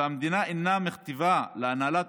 והמדינה אינה מכתיבה להנהלת